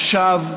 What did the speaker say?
נשיו,